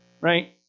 right